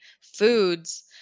foods